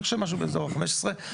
אני חושב שבסביבות ה-15.